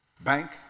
Bank